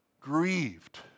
grieved